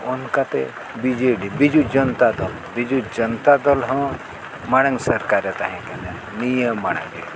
ᱚᱱᱠᱟᱛᱮ ᱵᱤᱡᱮᱰᱤ ᱵᱤᱡᱩ ᱡᱚᱱᱛᱟ ᱫᱚᱞ ᱵᱤᱡᱩ ᱡᱚᱱᱛᱟ ᱫᱚᱞᱦᱚᱸ ᱢᱟᱲᱟᱝ ᱥᱚᱨᱠᱟᱨᱮ ᱛᱟᱦᱮᱸ ᱠᱟᱱᱟ ᱱᱤᱭᱟᱹ ᱢᱟᱲᱟᱝᱨᱮ